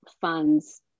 Funds